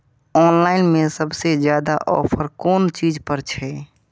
Online में सबसे ज्यादा ऑफर कोन चीज पर छे?